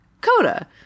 CODA